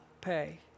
pay